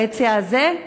היציע הזה,